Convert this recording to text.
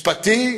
משפטי,